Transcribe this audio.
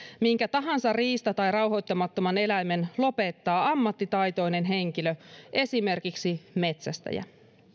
minkä tahansa riista tai rauhoittamattoman eläimen lopettaa ammattitaitoinen henkilö esimerkiksi metsästäjä